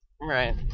Right